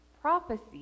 prophecy